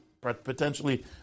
potentially